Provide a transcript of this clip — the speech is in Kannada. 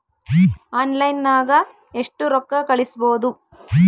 ಆನ್ಲೈನ್ನಾಗ ಎಷ್ಟು ರೊಕ್ಕ ಕಳಿಸ್ಬೋದು